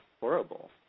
horrible